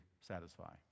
satisfy